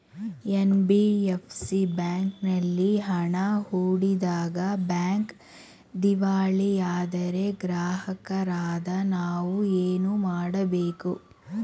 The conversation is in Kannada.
ಎನ್.ಬಿ.ಎಫ್.ಸಿ ಬ್ಯಾಂಕಿನಲ್ಲಿ ಹಣ ಹೂಡಿದಾಗ ಬ್ಯಾಂಕ್ ದಿವಾಳಿಯಾದರೆ ಗ್ರಾಹಕರಾದ ನಾವು ಏನು ಮಾಡಬೇಕು?